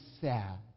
sad